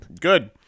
Good